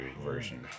version